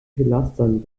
pilastern